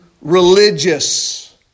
religious